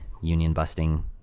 union-busting